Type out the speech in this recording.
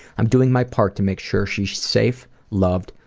i'm doing my part to make sure she's safe, loved,